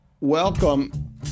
welcome